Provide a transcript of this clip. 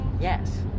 Yes